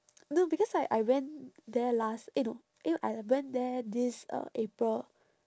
no because I I went there last eh no eh I went there this uh april